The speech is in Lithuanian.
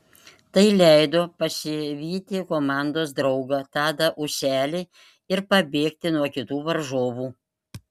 tai leido pasivyti komandos draugą tadą ūselį ir pabėgti nuo kitų varžovų